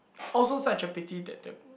also such a pity that that